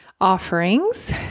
offerings